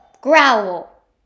growl